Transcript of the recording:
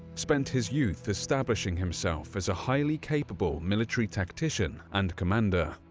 spent his youth establishing himself as a highly capable military tactician and commander.